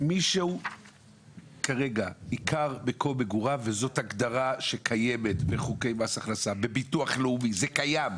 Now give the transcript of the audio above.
אם הוא כאן שנים, זה לא מרכז חייו?